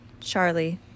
Charlie